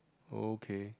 okay